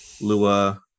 lua